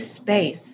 space